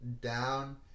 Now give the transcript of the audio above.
down